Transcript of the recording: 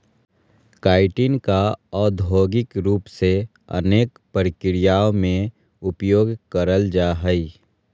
chitin का औद्योगिक रूप से अनेक प्रक्रियाओं में उपयोग करल जा हइ